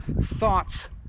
thoughts